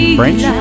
french